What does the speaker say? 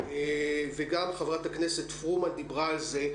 וגם חברת הכנסת פרומן דיברה על זה,